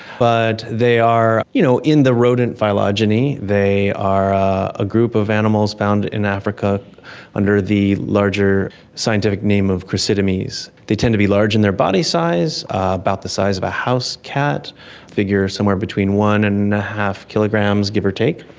but they are you know in the rodent phylogeny. they are a group of animals found in africa under the larger scientific name of cricetomys. they tend to be large in their body size, about the size of a house cat, i figure somewhere between one and a half kilograms, give or take.